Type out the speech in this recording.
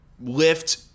lift